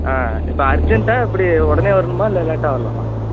ஆ இப்போ அர்ஜென்ட்டா எப்படி உடனே வரணுமா இல்லை லேட்டாக வரலாமா